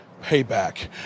Payback